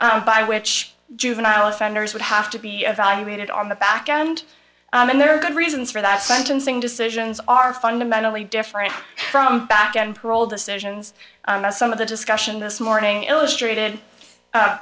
by which juvenile offenders would have to be evaluated on the background and there are good reasons for that sentencing decisions are fundamentally different from back end parole decisions and some of the discussion this morning illustrated